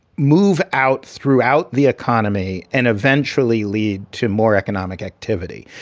move out throughout the economy and eventually lead to more economic activity.